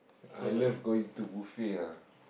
I love going to buffet ah